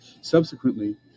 Subsequently